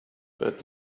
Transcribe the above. but